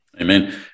Amen